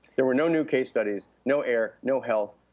there were no new case studies, no air, no health.